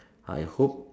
I hope